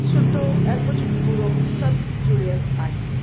कुझु सुठो ऐं कुझु बुरो सभु जुड़ियल आहे